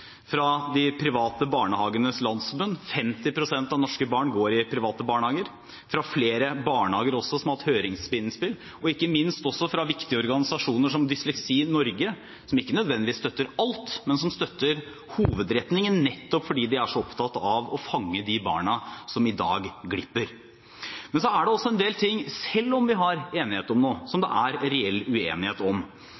fra Private Barnehagers Landsforbund, 50 pst. av norske barn går i private barnehager, fra flere barnehager som har hatt høringsinnspill, og ikke minst også fra viktige organisasjoner som Dysleksi Norge, som ikke nødvendigvis støtter alt, men som støtter hovedretningen nettopp fordi de er så opptatt av å fange opp de barna som i dag glipper. Men så er det også en del ting– selv om vi har enighet om noe – som